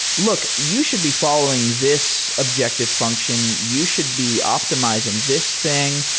look, you should be following this objective function. you should be optimizing this thing,